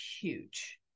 huge